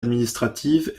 administrative